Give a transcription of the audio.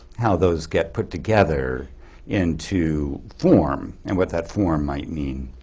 how those get put together into form and what that form might mean.